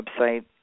website